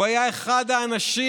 הוא היה אחד האנשים